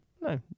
no